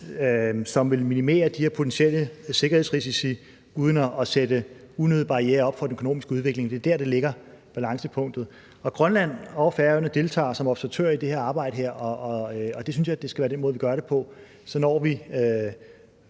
som vil minimere de her potentielle sikkerhedsrisici uden at sætte unødige barrierer op for den økonomiske udvikling. Det er der, balancepunktet ligger. Grønland og Færøerne deltager som observatører i det her arbejde, og det synes jeg skal være den måde, vi gør det på. Så når vi